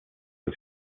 was